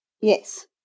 Yes